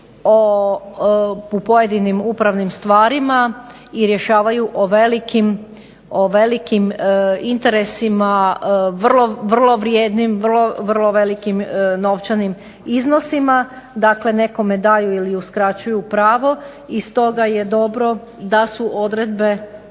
u pojedinim upravnim stvarima i rješavaju o velikim interesima, vrlo vrijednim, vrlo velikim novčanim iznosima. Dakle, nekome daju ili uskraćuju pravo i stoga je dobro da su odredbe